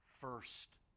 first